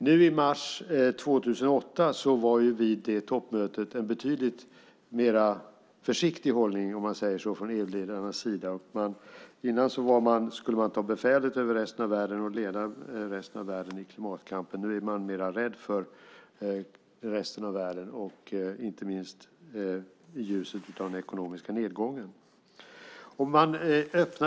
Nu i mars 2008 var det en betydligt mer försiktig hållning vid toppmötet från EU-ledarnas sida. Tidigare skulle man ta befälet över resten av världen och leda resten av världen i klimatkampen. Nu är man mer rädd för resten av världen, inte minst i ljuset av den ekonomiska nedgången.